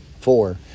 four